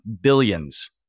billions